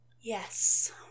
Yes